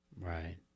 Right